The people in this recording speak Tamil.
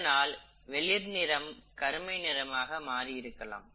இதனால் வெளிர் நிறம் கருமை நிறமாக மாறி இருக்கலாம்